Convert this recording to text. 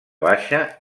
baixa